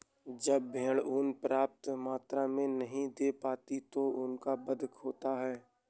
जब भेड़ ऊँन पर्याप्त मात्रा में नहीं दे पाती तो उनका वध होता है